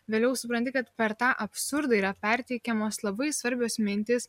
vėliau supranti kad per tą absurdą yra perteikiamos labai svarbios mintys